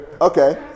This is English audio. okay